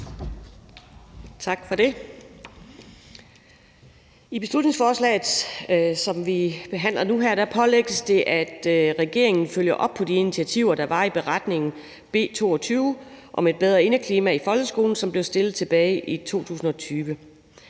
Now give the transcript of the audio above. Tak for det. Med beslutningsforslaget, som vi behandler nu, pålægges regeringen at følge op på de initiativer, der var i beretningen over B 22 om et bedre indeklima i folkeskolen, som blev fremsat tilbage i 2020.